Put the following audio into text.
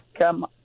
come